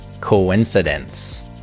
Coincidence